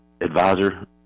advisor